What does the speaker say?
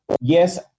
yes